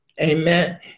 Amen